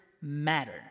matter